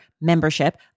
membership